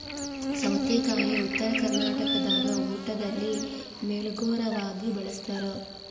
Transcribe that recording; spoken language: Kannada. ಸೌತೆಕಾಯಿ ಉತ್ತರ ಕರ್ನಾಟಕದಾಗ ಊಟದಲ್ಲಿ ಮೇಲೋಗರವಾಗಿ ಬಳಸ್ತಾರ